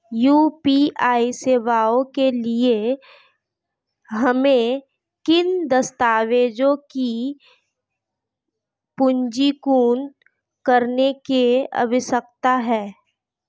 UPI सेवाओं के लिए हमें किन दस्तावेज़ों को पंजीकृत करने की आवश्यकता है?